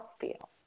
feel